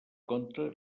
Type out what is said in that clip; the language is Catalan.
contra